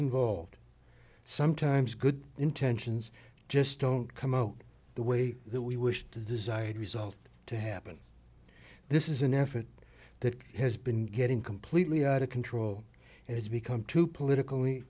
involved sometimes good intentions just don't come out the way that we wish the desired result to happen this is an effort that has been getting completely out of control and has become too politically